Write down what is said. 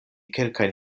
kelkajn